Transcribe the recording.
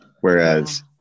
Whereas